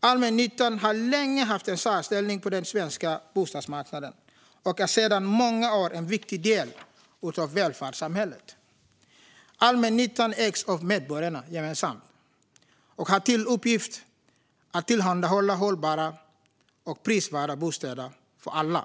Allmännyttan har länge haft en särställning på den svenska bostadsmarknaden och är sedan många år en viktig del av välfärdssamhället. Allmännyttan ägs av medborgarna gemensamt och har till uppgift att tillhandahålla hållbara och prisvärda bostäder för alla.